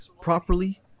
properly